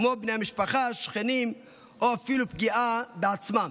כמו בני המשפחה, שכנים או אפילו פגיעה בעצמם.